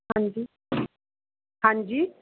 ਹਾਂਜੀ ਹਾਂਜੀ